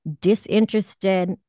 disinterested